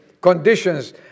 conditions